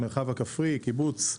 על המרחב הכפרי קיבוץ,